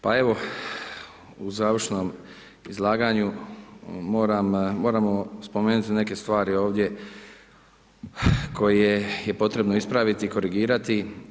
Pa evo, u završnom izlaganju moramo spomenuti neke stvari ovdje koje je potrebno ispraviti i korigirati.